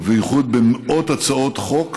ובייחוד במאות הצעות חוק